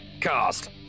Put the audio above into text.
Cast